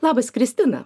labas kristina